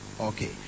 Okay